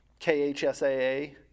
KHSAA